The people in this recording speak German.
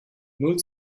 null